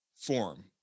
form